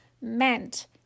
meant